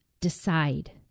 decide